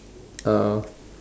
uh